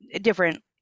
different